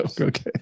Okay